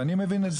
ואני מבין את זה.